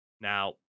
Now